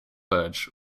burj